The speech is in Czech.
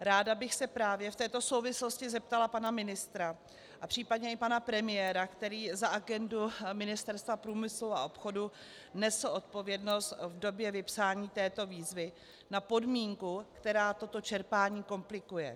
Ráda bych se právě v této souvislosti zeptala pana ministra a případně i pana premiéra, který za agendu Ministerstva průmyslu a obchodu nesl odpovědnost v době vypsání této výzvy, na podmínku, která toto čerpání komplikuje.